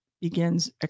begins